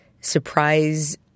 surprise